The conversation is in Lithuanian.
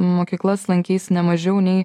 mokyklas lankys ne mažiau nei